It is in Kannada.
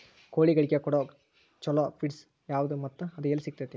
ಕೋಳಿಗಳಿಗೆ ಕೊಡುವ ಛಲೋ ಪಿಡ್ಸ್ ಯಾವದ ಮತ್ತ ಅದ ಎಲ್ಲಿ ಸಿಗತೇತಿ?